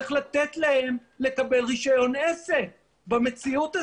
צריך לתת להם לקבל רישיון עסק במציאות הזאת.